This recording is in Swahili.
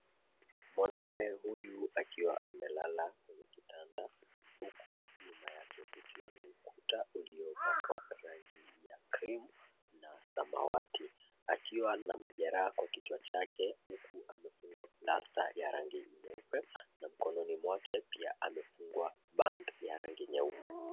Mwanaume huyu akiwa amelala kitanda huku nyuma yake kukiwa na ukuta uliopakwa rangi ya krimu na samawati akiwa na majeraha kwa kichwa chake huku amepigwa plasta ya rangi nyeupe na mkononi mwake pia amefungwa band ya rangi nyeupe.